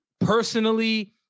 Personally